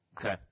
Okay